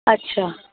अच्छा